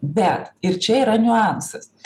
bet ir čia yra niuansas